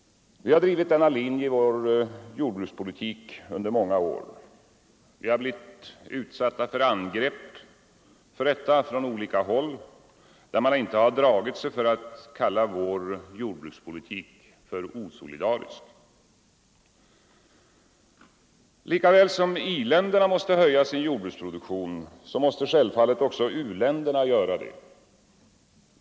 Vi har drivit denna linje i vår jordbrukspolitik under många år — vi har blivit utsatta för hårda angrepp för detta från olika håll, där man inte dragit sig för att kalla vår jordbrukspolitik för osolidarisk. Lika väl som i-länderna måste höja sin jordbruksproduktion måste självfallet också u-länderna göra det.